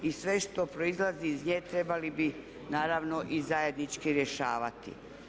I sve što proizlazi iz nje trebali bi naravno i zajednički rješavati.